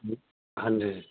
ਹਾਂਜੀ